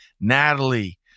Natalie